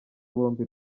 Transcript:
bombe